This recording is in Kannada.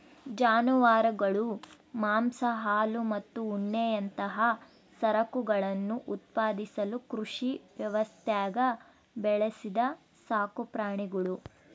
ಜಾನುವಾರುಗಳು ಮಾಂಸ ಹಾಲು ಮತ್ತು ಉಣ್ಣೆಯಂತಹ ಸರಕುಗಳನ್ನು ಉತ್ಪಾದಿಸಲು ಕೃಷಿ ವ್ಯವಸ್ಥ್ಯಾಗ ಬೆಳೆಸಿದ ಸಾಕುಪ್ರಾಣಿಗುಳು